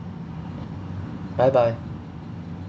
bye bye